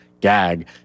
gag